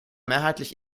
mehrheitlich